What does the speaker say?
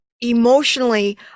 emotionally